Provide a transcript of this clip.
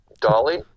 Dolly